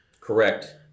correct